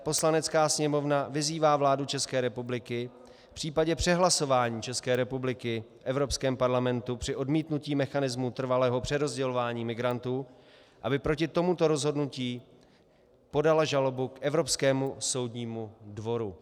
Poslanecká sněmovna vyzývá vládu České republiky v případě přehlasování České republiky v Evropském parlamentu při odmítnutí mechanismu trvalého přerozdělování migrantů, aby proti tomuto rozhodnutí podala žalobu k Evropskému soudnímu dvoru.